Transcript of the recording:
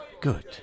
Good